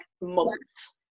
months